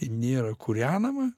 nėra kūrenama